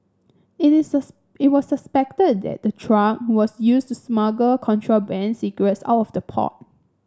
it is it was suspected that the truck was used to smuggle contraband cigarettes out of the port